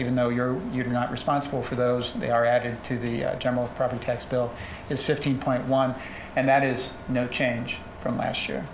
even though you're not responsible for those they are added to the general property tax bill is fifteen point one and that is no change from last year